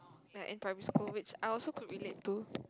like in primary school which I also could relate to